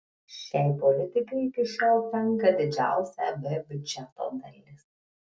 šiai politikai iki šiol tenka didžiausia eb biudžeto dalis